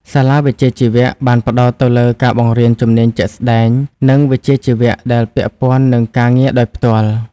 សាលាវិជ្ជាជីវៈ បានផ្តោតទៅលើការបង្រៀនជំនាញជាក់ស្តែងនិងវិជ្ជាជីវៈដែលពាក់ព័ន្ធនឹងការងារដោយផ្ទាល់។